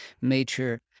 major